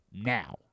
Now